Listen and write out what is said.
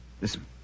Listen